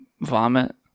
Vomit